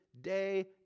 day